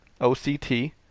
O-C-T